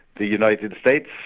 the united states,